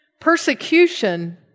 Persecution